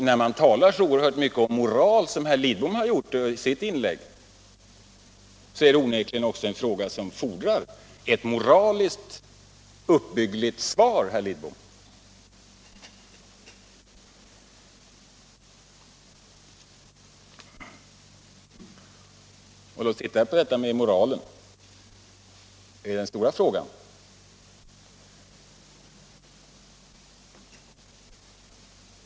När man talar så oerhört mycket om moral som herr Lidbom har gjort i sitt inlägg, är det onekligen också en fråga som fordrar ett moraliskt uppbyggligt svar, herr Lidbom. Låt oss titta på detta med moralen. Det är den stora frågan.